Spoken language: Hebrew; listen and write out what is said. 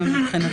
ישבנו